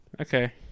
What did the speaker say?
Okay